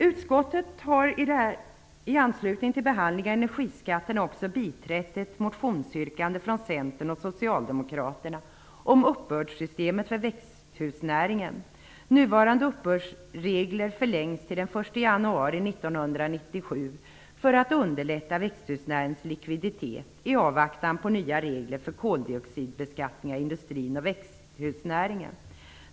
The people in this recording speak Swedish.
Utskottet har i anslutning till behandlingen av energiskatterna också biträtt ett motionsyrkande från för att underlätta växthusnäringens likviditet i avvaktan på nya regler för koldioxidbeskattning av industrin och växthusnäringen.